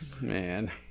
Man